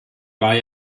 war